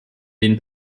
den